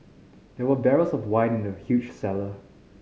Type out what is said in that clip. there were barrels of wine in the huge cellar